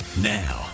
Now